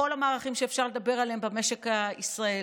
מכל המערכים שאפשר לדבר עליהם במשק הישראלי,